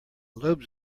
lobes